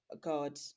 god